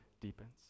deepens